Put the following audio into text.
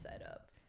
setup